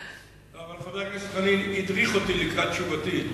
חבר הכנסת חנין הדריך אותי לקראת תשובתי.